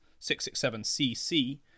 667CC